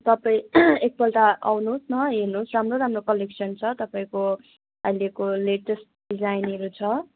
तपाईँ एकपल्ट आउनुहोस् न हेर्नुहोस् राम्रो राम्रो कलेक्सन छ तपाईँको अहिलेको लेटेस्ट डिजाइनहरू छ